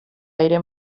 aire